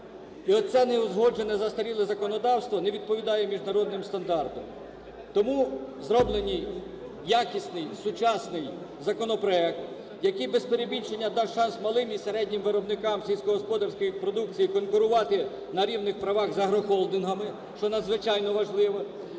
І оце неузгоджене, застаріле законодавство не відповідає міжнародним стандартам. Тому зроблений якісний, сучасний законопроект, який без перебільшення дасть шанс малим і середнім виробникам сільськогосподарської продукції конкурувати на рівних правах з агрохолдингами, що надзвичайно важливо.